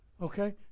okay